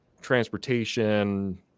transportation